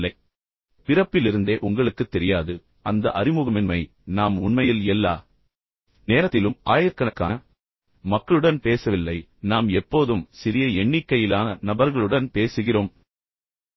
எனவே பிறப்பிலிருந்தே உங்களுக்குத் தெரியாது அந்த அறிமுகமின்மை நாம் உண்மையில் எல்லா நேரத்திலும் ஆயிரக்கணக்கான மக்களுடன் பேசவில்லை நாம் எப்போதும் சிறிய எண்ணிக்கையிலான நபர்களுடன் பேசுகிறோம் ஒரே நேரத்தில் ஒன்று அல்லது இரண்டு பேர்